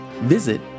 Visit